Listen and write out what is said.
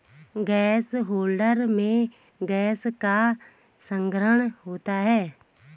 gas holder में gas का संग्रहण होता है